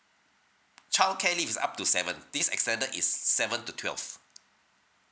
childcare leave is up to seven this extended is seven to twelve